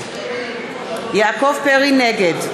פריג'